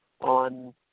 on